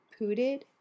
pooted